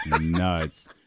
nuts